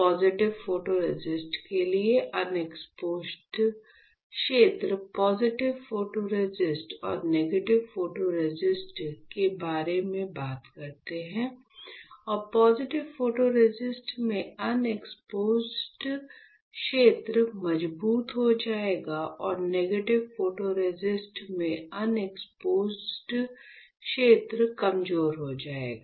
positive photoresist के लिए unexposed क्षेत्र पॉजिटिव फोटोरेसिस्ट और नेगेटिव फोटोरेसिस्ट के बारे में बात करते हैं और पॉजिटिव फोटोरेसिस्ट में अनएक्सपोज्ड क्षेत्र मजबूत हो जाएगा और नेगेटिव फोटोरेसिस्ट में अनएक्सपोज्ड क्षेत्र कमजोर हो जाएगा